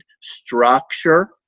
structure